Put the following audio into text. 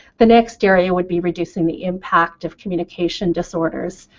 the next area would be reducing the impact of communication disorders,